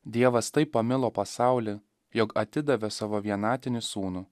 dievas taip pamilo pasaulį jog atidavė savo vienatinį sūnų